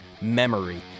MEMORY